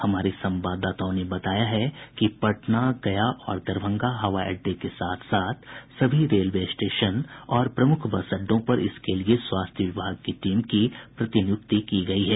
हमारे संवाददाताओं ने बताया है कि पटना गया और दरभंगा हवाई अड्डे के साथ साथ सभी रेलवे स्टेशनों और प्रमुख बस अड्डों पर इसके लिये स्वास्थ्य विभाग की टीम की प्रतिनियुक्ति की गयी है